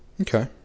Okay